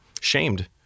shamed